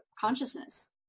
consciousness